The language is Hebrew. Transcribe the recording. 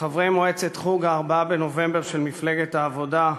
חברי מועצת "חוג ה-4 בנובמבר" של מפלגת העבודה,